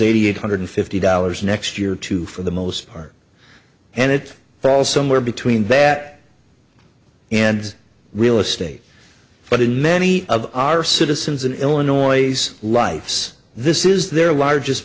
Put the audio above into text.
eighty eight hundred fifty dollars next year too for the most part and it falls somewhere between bat and real estate but in many of our citizens in illinois life's this is their largest